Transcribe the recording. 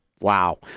Wow